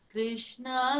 Krishna